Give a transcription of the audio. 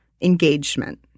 engagement